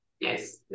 yes